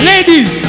Ladies